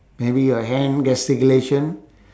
maybe your hand gesticulation